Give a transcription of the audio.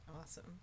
Awesome